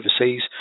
overseas